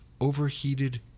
overheated